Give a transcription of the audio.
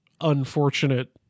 unfortunate